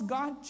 God